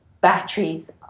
batteries